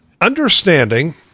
understanding